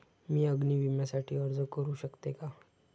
मी अग्नी विम्यासाठी अर्ज करू शकते का?